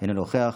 אינו נוכח,